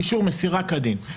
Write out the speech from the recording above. אישור מסירה כדין.